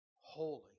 Holy